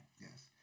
Yes